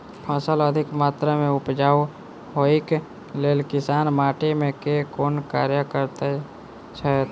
फसल अधिक मात्रा मे उपजाउ होइक लेल किसान माटि मे केँ कुन कार्य करैत छैथ?